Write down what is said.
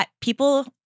people